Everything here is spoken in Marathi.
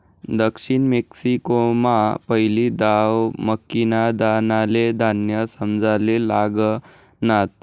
दक्षिण मेक्सिकोमा पहिली दाव मक्कीना दानाले धान्य समजाले लागनात